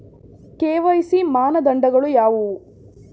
KYC ಮಾನದಂಡಗಳು ಯಾವುವು?